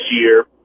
year